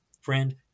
Friend